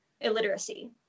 illiteracy